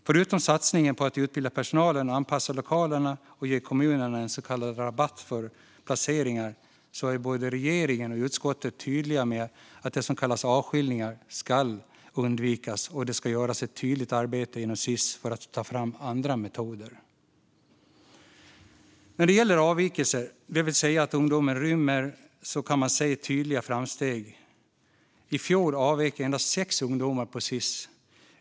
Förutom satsningarna på att utbilda personalen, anpassa lokalerna och ge kommunerna en så kallad rabatt för placeringar är både regeringen och utskottet tydliga med att det som kallas avskiljningar ska undvikas, och det ska göras ett tydligt arbete inom Sis för att ta fram andra metoder. När det gäller avvikelser, det vill säga att ungdomar rymmer, kan man se tydliga framsteg. I fjol avvek endast 6 ungdomar från Sis.